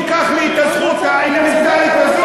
תיקח לי את הזכות האלמנטרית הזו?